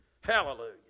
Hallelujah